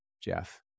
Jeff